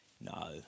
No